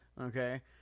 okay